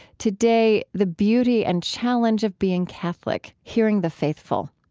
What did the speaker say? today, the beauty and challenge of being catholic hearing the faithful.